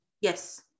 Yes